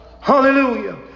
Hallelujah